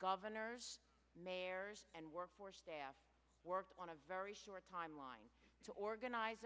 governors mayors and work force staff worked on a very short timeline to organize